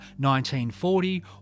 1940